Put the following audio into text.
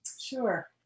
Sure